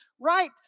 right